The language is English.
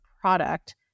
product